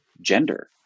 gender